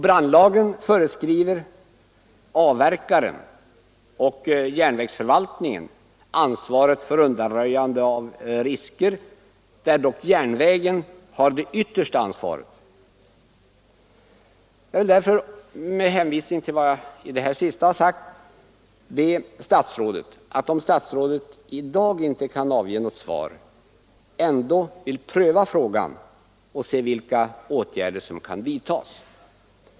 Brandlagen föreskriver att avverkaren och järnvägsförvaltningen ansvarar för undanröjning av risker, dock har järnvägen det yttersta ansvaret. Med hänvisning till vad jag nu senast har sagt vill jag — om statsrådet i dag inte kan avge något svar — be att statsrådet prövar frågan för att se vilka åtgärder som kan vidtas.